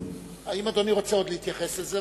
האם אדוני רוצה עוד להתייחס לזה?